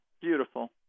beautiful